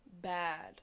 bad